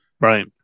right